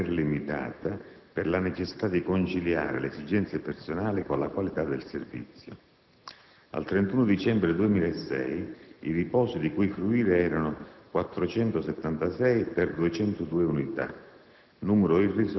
seppur in maniera limitata, per la necessità di conciliare le esigenze personali con la qualità del servizio. Al 31 dicembre 2006 i riposi di cui fruire erano 476 per 202 unità,